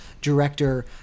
director